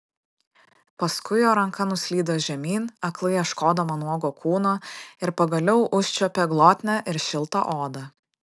paskui jo ranka nuslydo žemyn aklai ieškodama nuogo kūno ir pagaliau užčiuopė glotnią ir šiltą odą